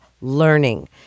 learning